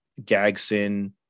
Gagson